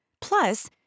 Plus